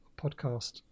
podcast